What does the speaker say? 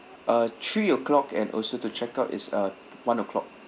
uh three o'clock and also to check out is uh one o'clock